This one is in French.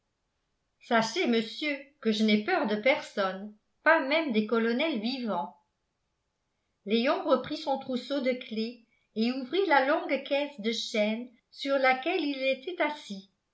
sachez monsieur que je n'ai peur de personne pas même des colonels vivants léon reprit son trousseau de clefs et ouvrit la longue caisse de chêne sur laquelle il était assis